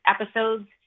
episodes